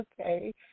Okay